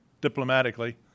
diplomatically